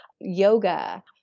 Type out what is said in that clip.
yoga